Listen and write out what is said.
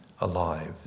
alive